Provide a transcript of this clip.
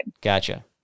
Gotcha